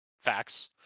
Facts